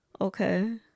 Okay